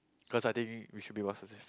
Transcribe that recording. cause I think we should be more specific